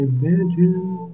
Imagine